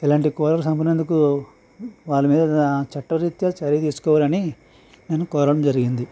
ఇలాంటి కూలర్స్ అమ్మినందుకు వాళ్ళ మీద చట్టరీత్య చర్య తీసుకోవాలని నేను కోరడం జరిగింది